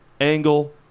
Angle